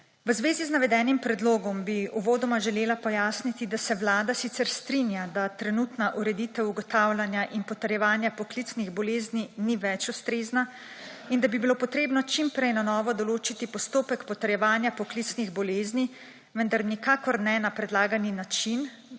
V zvezi z navedenim predlogom bi uvodoma želela pojasniti, da se Vlada sicer strinja, da trenutna ureditev ugotavljanja in potrjevanja poklicnih bolezni ni več ustrezna in da bi bilo potrebno čim prej na novo določiti postopek potrjevanja poklicnih bolezni, vendar nikakor ne na predlagani način,